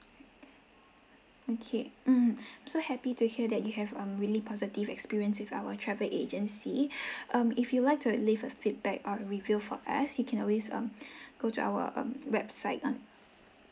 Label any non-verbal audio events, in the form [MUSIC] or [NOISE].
okay um I'm so happy to hear that you have um really positive experience with our travel agency [BREATH] um if you like to leave a feedback or review for us you can always um go to our um website on